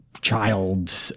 child